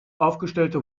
aufgestellte